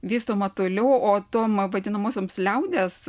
vystoma toliau o tom vadinamosioms liaudies